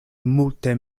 multe